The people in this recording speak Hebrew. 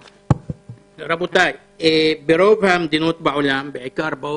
ברוב מדינות העולם, במיוחד במדינות